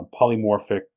polymorphic